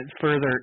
further